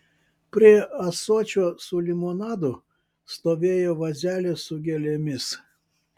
prie ąsočio su limonadu stovėjo vazelė su gėlėmis